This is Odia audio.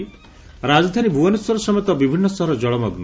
ରାଜଧାନୀ ଭୁବନେଶ୍ୱର ସମେତ ବିଭିନ୍ନ ସହର ଜଳମଗୁ